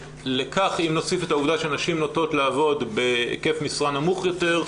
ואם נוסיף לכך את העובדה שנשים נוטות לעבוד בהיקף משרה נמוך יותר,